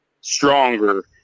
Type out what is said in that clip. stronger